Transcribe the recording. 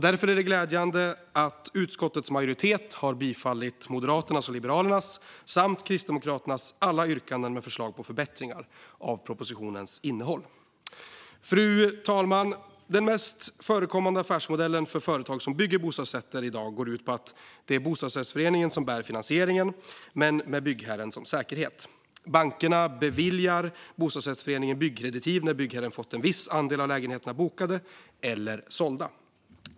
Därför är det glädjande att utskottets majoritet har tillstyrkt Moderaternas och Liberalernas samt Kristdemokraternas alla yrkanden med förslag på förbättringar av propositionens innehåll. Fru talman! Den mest förekommande affärsmodellen för företag som bygger bostadsrätter i dag går ut på att det är bostadsrättsföreningen som bär finansieringen med byggherren som säkerhet. Bankerna beviljar bostadsrättsföreningen byggkreditiv när byggherren fått en viss andel av lägenheterna bokade eller sålda.